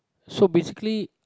so basically